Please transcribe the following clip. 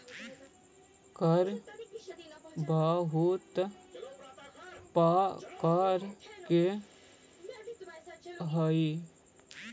कर बहुत प्रकार के हई